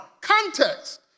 Context